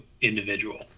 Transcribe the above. individual